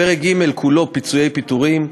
פרק ג' כולו (פיצויי פיטורים),